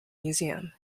museum